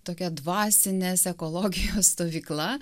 tokia dvasinės ekologijos stovykla